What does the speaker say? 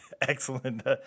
Excellent